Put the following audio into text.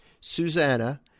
Susanna